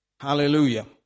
Hallelujah